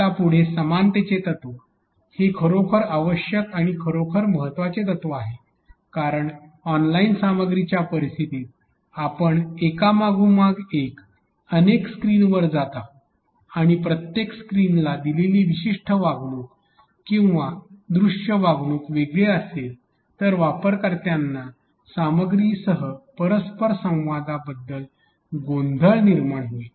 आता पुढे समानतेचे तत्व हे खरोखर आवश्यक किंवा खरोखर महत्त्वाचे तत्व आहे कारण ऑनलाइन सामग्रीच्या परिस्थितीत आपण एकामागून एक अनेक स्क्रीनवर जात आहोत आणि प्रत्येक स्क्रीनला दिलेली विशिष्ट वागणूक किंवा दृश्य वागणूक वेगळी असेल तर वापरकर्त्यांना सामग्रीसह परस्पर संवादाबद्दल गोंधळ होईल